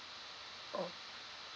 oh